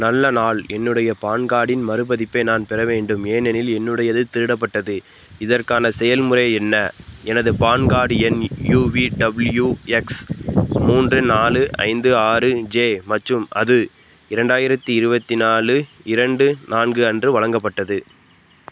நல்ல நாள் என்னுடைய பான் கார்டின் மறுபதிப்பை நான் பெற வேண்டும் ஏனெனில் என்னுடையது திருடப்பட்டது இதற்கான செயல்முறை என்ன எனது PAN card N U V W X மூன்று நாலு ஐந்து ஆறு ஜே மற்றும் அது இரண்டாயிரத்தி இருபத்தி நாலு இரண்டு நான்கு அன்று வழங்கப்பட்டது